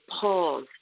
pause